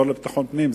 השר לביטחון פנים,